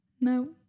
No